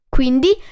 Quindi